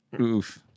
Oof